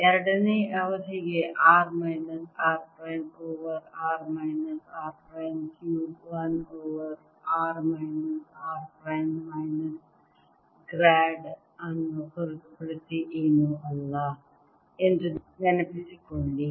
ಎರಡನೆಯ ಅವಧಿಗೆ r minus r prime over r minus r prime cube 1 over r minus r ಪ್ರೈಮ್ನ minus grade ಅನ್ನು ಹೊರತುಪಡಿಸಿ ಏನೂ ಅಲ್ಲ ಎಂದು ನೆನಪಿಸಿಕೊಳ್ಳಿ